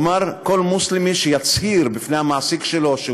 כלומר כל מוסלמי שיצהיר בפני המעסיק שלו שהוא